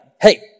Hey